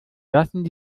lassen